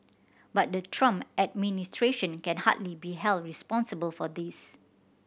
but the Trump administration can hardly be held responsible for this